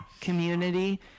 community